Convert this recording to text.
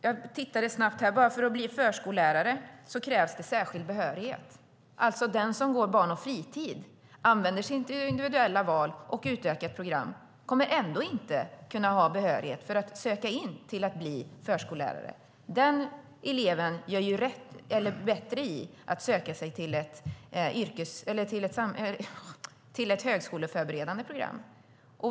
Jag tittade snabbt och såg att det krävs särskild behörighet bara för att bli förskollärare. Den som går barn och fritidsprogrammet och använder sitt individuella val och utökat program kommer ändå inte att ha behörighet att söka till förskollärarutbildning. Det är bättre för den eleven att söka sig till ett högskoleförberedande program.